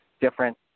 different